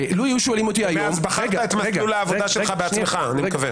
אני מקווה שמאז בחרת מסלול העבודה שלך בעצמך.